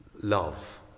Love